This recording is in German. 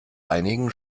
einigen